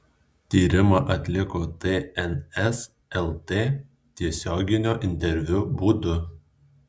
tyrimą atliko tns lt tiesioginio interviu būdu